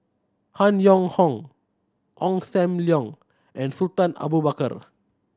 Han Yong Hong Ong Sam Leong and Sultan Abu Bakar